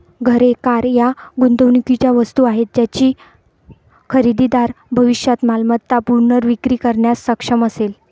घरे, कार या गुंतवणुकीच्या वस्तू आहेत ज्याची खरेदीदार भविष्यात मालमत्ता पुनर्विक्री करण्यास सक्षम असेल